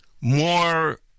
more